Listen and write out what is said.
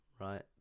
right